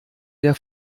der